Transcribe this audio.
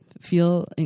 feel